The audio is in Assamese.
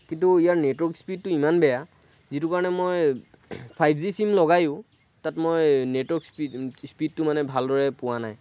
কিন্তু ইয়াৰ নেটৱৰ্ক স্পীডটো ইমান বেয়া যিটো কাৰণে মই ফাইভ জি চিম লগাইও তাত মই নেটৱৰ্ক স্পীড স্পীডটো মানে ভালদৰে পোৱা নাই